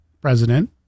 president